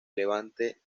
levante